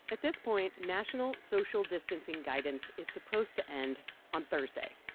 at this point, national social distancing guidance is supposed to end on thursday.